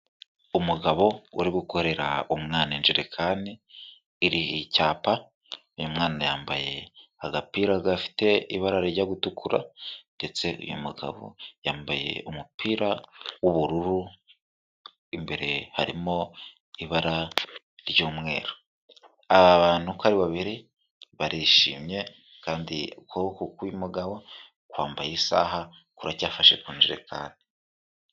Umugabo uri gukorera umwana injerekani iriho icyapa, uyu mwana yambaye agapira gafite ibara rijya gutukura ndetse uyu mugabo yambaye umupira w'ubururu, imbere harimo ibara ry'umweru, aba bantu uko ari babiri barishimye kandi ukuboko k'uyu mugabo kwambaye isaha, kuracyafashe ku njerekani.